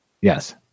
Yes